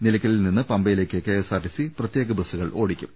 നിലയ്ക്കലിൽ നിന്നും പമ്പയിലേക്ക് കെഎസ്ആർടിസി പ്രത്യേക ബസുകൾ ഓടിക്കും